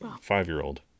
Five-year-old